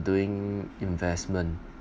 doing investment